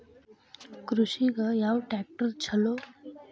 ಕೃಷಿಗ ಯಾವ ಟ್ರ್ಯಾಕ್ಟರ್ ಛಲೋ?